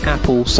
Apple